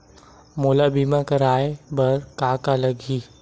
मोला बीमा कराये बर का का लगही?